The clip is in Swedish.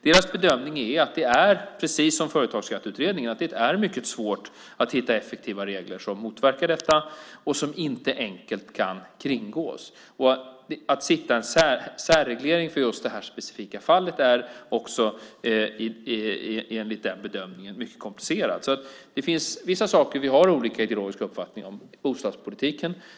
Deras bedömning är, precis som Företagsskatteutredningens, att det är mycket svårt att hitta effektiva regler som motverkar detta och som inte enkelt kan kringgås. Att hitta en särreglering för just det här specifika fallet är också enligt den bedömningen mycket komplicerat. Det finns vissa saker vi har olika ideologiska uppfattningar om. Det är bostadspolitiken.